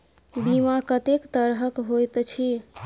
बीमा कत्तेक तरह कऽ होइत छी?